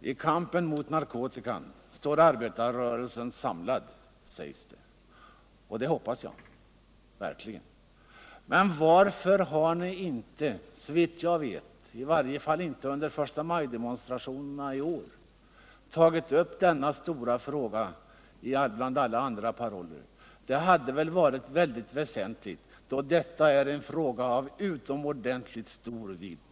I kampen mot narkotikan står arbetarrörelsen samlad, sägs det — och det hoppas jag verkligen. Jag vill då fråga Thure Jadestig: Varför har ni inte tagit upp denna stora fråga bland alla andra paroller vid någon förstamajdemonstration? Det har ni såvitt jag vet inte gjort, åtminstone inte i år. Det borde ha varit väsentligt för er att göra det, eftersom detta är en fråga — Nr 160 av utomordentligt stor vikt.